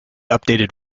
updated